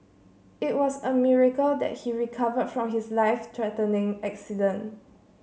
it was a miracle that he recovered from his life threatening accident